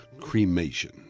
cremation